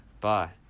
bye